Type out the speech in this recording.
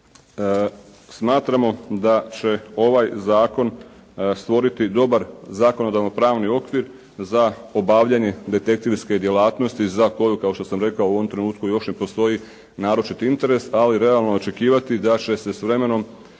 Smatramo da će ovaj zakon stvoriti dobar zakonodavno-pravni okvir za obavljanje detektivske djelatnosti za koju, kao što sam rekao, u ovom trenutku još ne postoji naročit interes, ali realno je očekivati da će se s vremenom